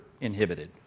inhibited